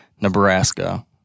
Nebraska